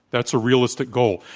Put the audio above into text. that's a realistic goal.